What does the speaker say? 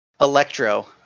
Electro